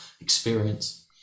experience